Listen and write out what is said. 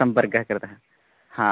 सम्पर्कः कृतः